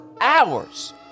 hours